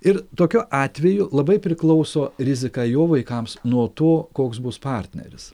ir tokiu atveju labai priklauso rizika jo vaikams nuo to koks bus partneris